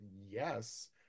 yes